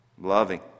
loving